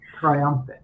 triumphant